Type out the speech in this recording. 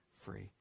free